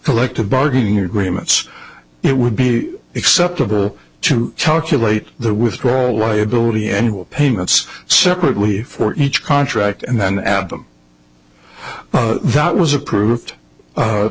collective bargaining agreements it would be acceptable to calculate the withdrawal liability and will payments separately for each contract and then add them that was approved